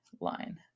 line